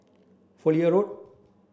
Fowlie Road